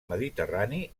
mediterrani